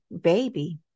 baby